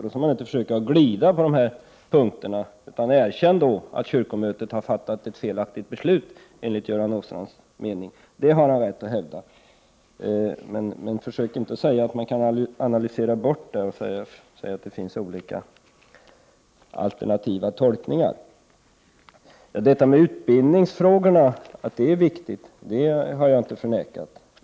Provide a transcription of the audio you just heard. Då får man inte försöka glida, utan erkänn då i stället att kyrkomötet enligt Göran Åstrands mening har fattat ett felaktigt beslut — det har han rätt att hävda. Men försök inte analysera bort ställningstagandet genom att säga att det finns olika alternativa tolkningar. Att utbildningsfrågorna är viktiga har jag inte förnekat.